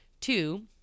Two